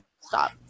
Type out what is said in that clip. stop